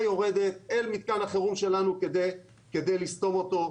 והיא יורדת אל מתקן החירום שלנו על מנת לסתום אותו.